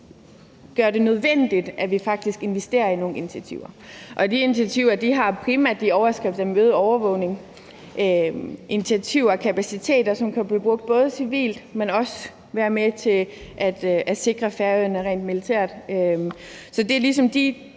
gør det nødvendigt, at vi faktisk investerer i nogle initiativer. Og de initiativer har primært overskrifterne: øget overvågning og kapaciteter. Det er initiativer, som både kan blive brugt civilt, men også være med til at sikre Færøerne rent militært. Så det er ligesom de